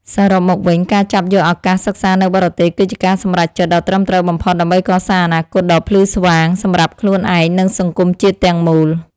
សរុបមកវិញការចាប់យកឱកាសសិក្សានៅបរទេសគឺជាការសម្រេចចិត្តដ៏ត្រឹមត្រូវបំផុតដើម្បីកសាងអនាគតដ៏ភ្លឺស្វាងសម្រាប់ខ្លួនឯងនិងសង្គមជាតិទាំងមូល។